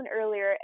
earlier